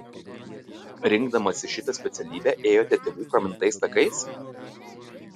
rinkdamasi šitą specialybę ėjote tėvų pramintais takais